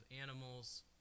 animals